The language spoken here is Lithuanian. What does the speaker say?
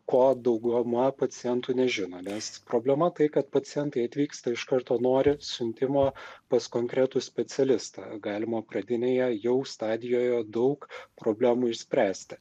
ko dauguma pacientų nežino nes problema tai kad pacientai atvyksta iš karto nori siuntimo pas konkretų specialistą galimo pradinėje jau stadijoje daug problemų išspręsti